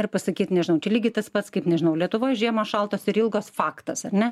ir pasaky nežinau čia lygiai tas pats kaip nežinau lietuvoj žiemą lietuvoj žiemos šaltos ir ilgos faktas ar ne